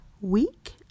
week